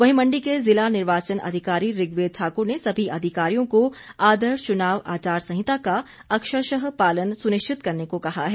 वहीं मंडी के जिला निर्वाचन अधिकारी ऋग्वेद ठाकुर ने सभी अधिकारियों को आदर्श चुनाव आचार संहिता का अक्षरशः पालन सुनिश्चित करने को कहा है